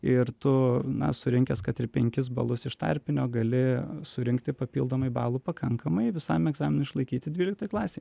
ir tu na surinkęs kad ir penkis balus iš tarpinio gali surinkti papildomai balų pakankamai visam egzaminui išlaikyti dvyliktoj klasėj